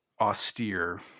austere